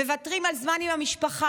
מוותרים על זמן עם המשפחה,